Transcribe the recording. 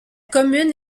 commune